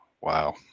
Wow